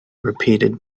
repeated